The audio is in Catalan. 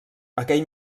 aquell